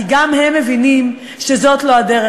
כי גם הם מבינים שזאת לא הדרך.